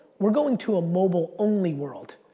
we're going to a mobile only world.